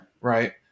right